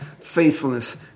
faithfulness